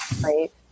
Right